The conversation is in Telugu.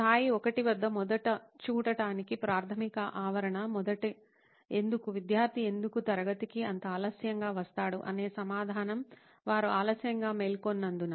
స్థాయి 1 వద్ద మొదట చూడటానికి ప్రాథమిక ఆవరణ మొదటి ఎందుకు విద్యార్థి ఎందుకు తరగతికి అంత ఆలస్యంగా వస్తాడు అనే సమాధానం వారు ఆలస్యంగా మేల్కొన్నందున